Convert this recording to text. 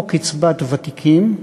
או קצבת ותיקים.